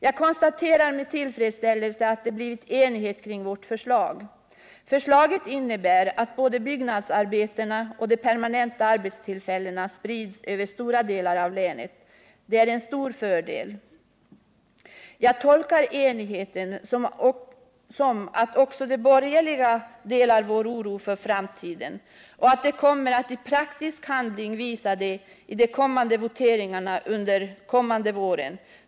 Jag konstaterar med tillfredsställelse att det blivit enighet kring vårt förslag. Förslaget innebär att både byggnadsarbetena och de permanenta arbetstillfällena sprids över stora delar av länet, och det är en stor fördel. Jag tolkar enigheten så, att också de borgerliga delar vår oro för framtiden och att de kommer att i praktisk handling visa det i de kommande voteringarna under våren.